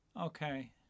Okay